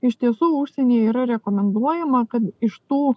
iš tiesų užsieny yra rekomenduojama kad iš tų